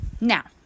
Now